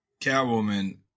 Catwoman